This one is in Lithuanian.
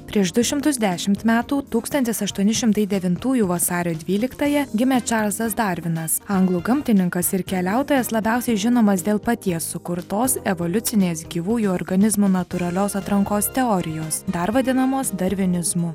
prieš du šimtus dešimt metų tūkstantis aštuoni šimtai devintųjų vasario dvyliktąją gimė čarlzas darvinas anglų gamtininkas ir keliautojas labiausiai žinomas dėl paties sukurtos evoliucinės gyvųjų organizmų natūralios atrankos teorijos dar vadinamos darvinizmu